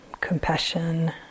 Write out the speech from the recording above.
compassion